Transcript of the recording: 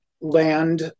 land